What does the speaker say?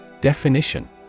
Definition